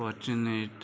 fortunate